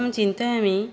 अहम् चिन्तयामि